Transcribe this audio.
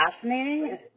fascinating